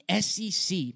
SEC